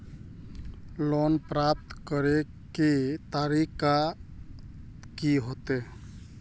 Loan प्राप्त करे के तरीका की होते?